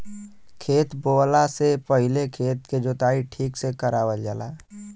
खेत बोवला से पहिले खेत के जोताई ठीक से करावल जाला